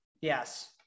Yes